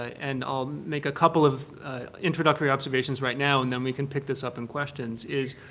and i'll make a couple of introductory observations right now and then we can pick this up in questions, is